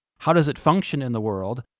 how does it function in the world,